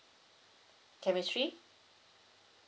chemistry